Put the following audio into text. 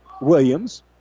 Williams